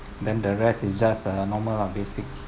then the rest is just a normal lah basic